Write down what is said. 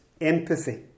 empathy